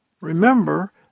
remember